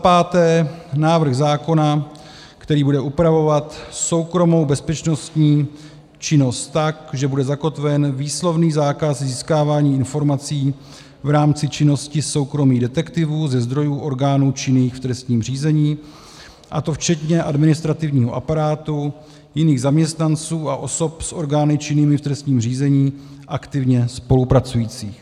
5. návrh zákona, který bude upravovat soukromou bezpečnostní činnost tak, že bude zakotven výslovný zákaz získávání informací v rámci činnosti soukromých detektivů ze zdrojů orgánů činných v trestním řízení, a to včetně administrativního aparátu, jiných zaměstnanců a osob o orgány činnými v trestním řízení aktivně spolupracujících;